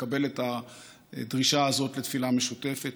לקבל את הדרישה הזאת לתפילה משותפת,